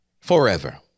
forever